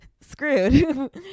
screwed